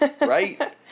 right